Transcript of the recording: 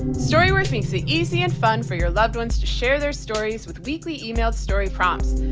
and story worth makes it easy and fun for your loved ones to share their stories with weekly emailed story prompts,